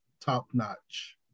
top-notch